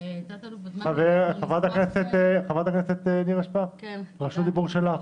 חברת הכנסת שפק, בבקשה.